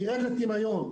יֵרד לטמיון.